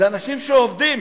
אלה אנשים שעובדים,